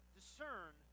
discern